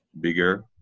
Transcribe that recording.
bigger